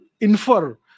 infer